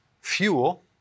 fuel